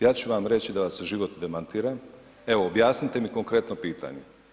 Ja ću vam reći da vas život demantira, evo objasnite mi konkretno pitanje.